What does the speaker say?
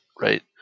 right